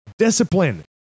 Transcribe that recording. Discipline